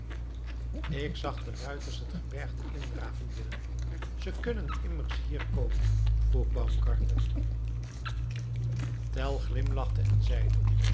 ik zag de ruiters het gebergte indraven willem ze kunnen immers hier komen begon baumgarten tell glimlachte en zeide